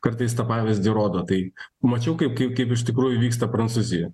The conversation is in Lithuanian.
kartais tą pavyzdį rodo tai mačiau kaip kaip kaip iš tikrųjų vyksta prancūzijo